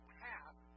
path